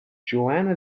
johanna